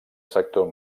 sector